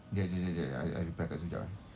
jap jap jap jap I reply kak su jap eh